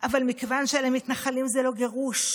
אבל מכיוון שאלה מתנחלים, זה לא גירוש,